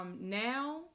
Now